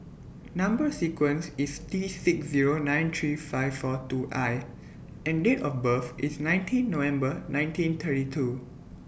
Number sequence IS T six Zero nine three five four two I and Date of birth IS nineteen November nineteen thirty two